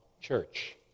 Church